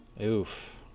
Oof